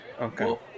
Okay